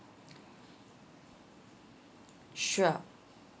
sure